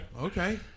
Okay